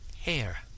hair